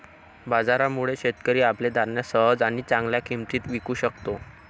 बाजारामुळे, शेतकरी आपले धान्य सहज आणि चांगल्या किंमतीत विकू शकतो